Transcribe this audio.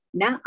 na